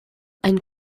ein